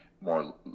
more